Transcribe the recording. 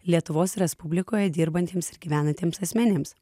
lietuvos respublikoje dirbantiems ir gyvenantiems asmenims